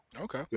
Okay